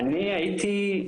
אני הייתי,